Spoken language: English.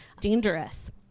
Dangerous